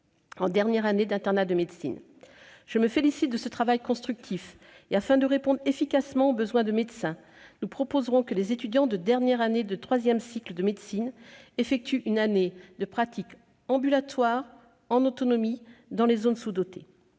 cette proposition est le fruit ; afin de répondre efficacement aux besoins de médecins, nous proposerons que les étudiants de dernière année de troisième cycle de médecine effectuent une année de pratique ambulatoire en autonomie dans les zones sous-dotées.